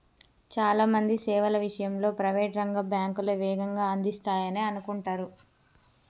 చాలా మంది సేవల విషయంలో ప్రైవేట్ రంగ బ్యాంకులే వేగంగా అందిస్తాయనే అనుకుంటరు